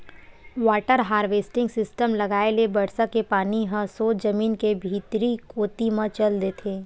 water harvesting system लगाए ले बरसा के पानी ह सोझ जमीन के भीतरी कोती म चल देथे